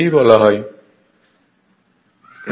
slide সময় পড়ুন 2208